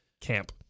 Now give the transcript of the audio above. camp